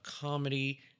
comedy